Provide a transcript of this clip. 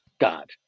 God